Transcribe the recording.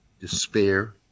despair